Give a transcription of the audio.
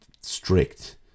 strict